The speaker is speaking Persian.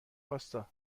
واستا